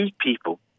people